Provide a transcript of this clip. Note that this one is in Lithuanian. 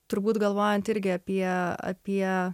turbūt galvojant irgi apie apie